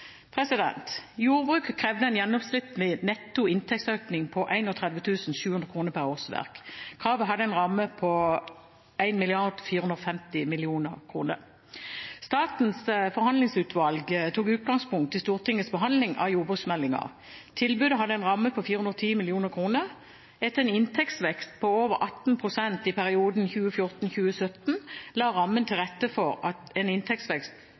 krevde en gjennomsnittlig netto inntektsøkning på 31 700 kr per årsverk. Kravet hadde en ramme på 1,450 mrd. kr. Statens forhandlingsutvalg tok utgangspunkt i Stortingets behandling av jordbruksmeldingen. Tilbudet hadde en ramme på 410 mill. kr. Etter en inntektsvekst på over 18 pst. i perioden 2014–2017 la rammen til rette for en inntektsvekst